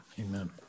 amen